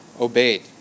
obeyed